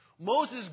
Moses